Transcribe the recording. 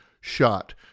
shot